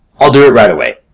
i'll do it right away.